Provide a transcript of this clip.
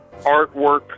artwork